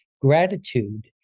gratitude